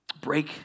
Break